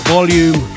Volume